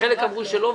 וחלק אמרו שלא,